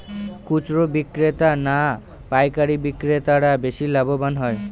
খুচরো বিক্রেতা না পাইকারী বিক্রেতারা বেশি লাভবান হয়?